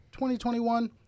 2021